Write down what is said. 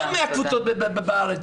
לא 100 קבוצות בארץ,